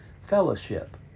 fellowship